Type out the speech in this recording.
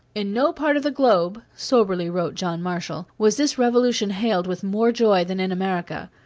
in no part of the globe, soberly wrote john marshall, was this revolution hailed with more joy than in america.